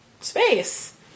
space